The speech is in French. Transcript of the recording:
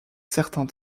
certain